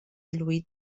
lluït